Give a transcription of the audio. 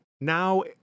now